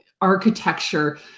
architecture